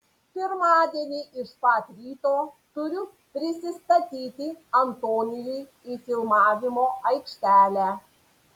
pirmadienį iš pat ryto turiu prisistatyti antonijui į filmavimo aikštelę